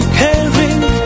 caring